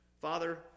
Father